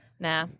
Nah